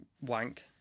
Wank